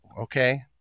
okay